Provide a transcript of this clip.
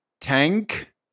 Tank